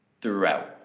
Throughout